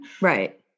right